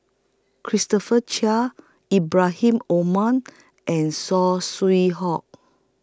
Christopher Chia Ibrahim Omar and Saw Swee Hock